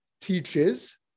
teaches